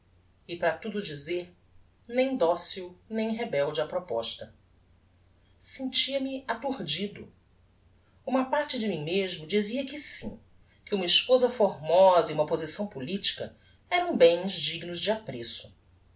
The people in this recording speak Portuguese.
e para tudo dizer nem docil nem rebelde á proposta sentia-me aturdido uma parte de mim mesmo dizia que sim que uma esposa formosa e uma posição politica eram bens dignos de apreço